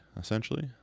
essentially